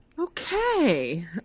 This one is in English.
Okay